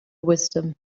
wisdom